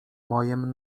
mojem